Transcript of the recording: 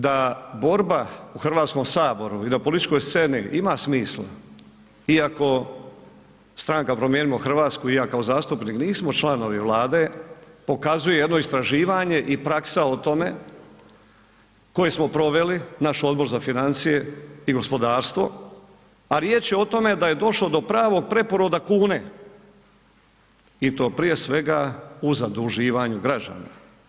Da borba u Hrvatskom saboru i na političkoj sceni ima smisla iako stranka Promijenimo Hrvatsku i ja kao zastupnik nismo članovi Vlade pokazuje jedno istraživanje i praksa o tome koju smo proveli, naš Odbor za financije i gospodarstvo, a riječ je o tome da je došlo do pravog preporoda kune i to prije svega u zaduživanju građana.